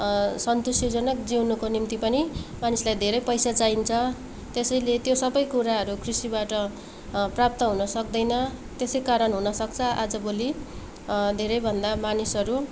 सन्तुस्टिजनक जिउनुको निम्ति पनि मानिसलाई धेरै पैसा चाहिन्छ त्यसैले त्यो सबै कुराहरू कृषिबाट प्राप्त हुन सक्दैन त्यसैकारण हुनसक्छ आजभोलि धेरै भन्दा मानिसहरू